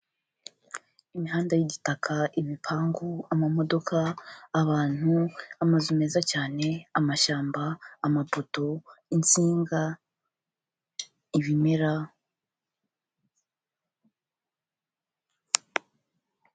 Imihanda y'igitaka ibipangu amamodoka abantu amazu meza cyane, amashyamba, amapoto, insinga, ibimera.